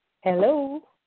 Hello